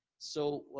so